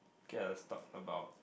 K let's talk about